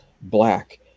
black